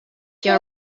your